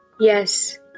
Yes